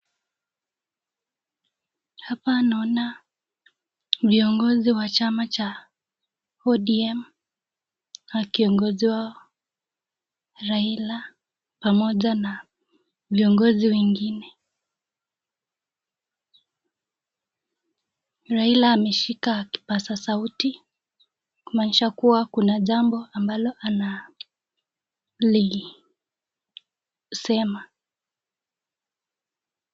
Hapa naona viongozi wa chama cha ODM wakiongozwa na Raila pamoja na viongozi wengine. Raila ameshika kipaza sauti kumaanisha kuwa kuna jambo ambalo analisema.